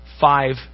five